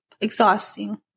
exhausting